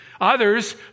Others